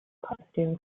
costume